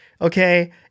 okay